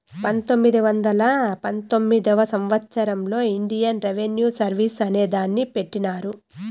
పంతొమ్మిది వందల పంతొమ్మిదివ సంవచ్చరంలో ఇండియన్ రెవిన్యూ సర్వీస్ అనే దాన్ని పెట్టినారు